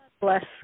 Bless